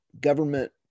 government